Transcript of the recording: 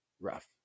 rough